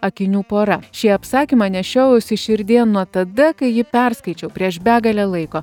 akinių pora šį apsakymą nešiojausi širdyje nuo tada kai jį perskaičiau prieš begalę laiko